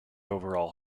overall